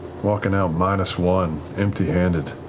walking out minus one, empty-handed.